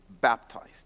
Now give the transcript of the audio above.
baptized